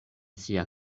sia